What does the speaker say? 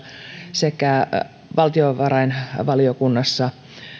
sekä valtiovarainvaliokunnassa